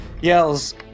yells